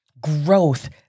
growth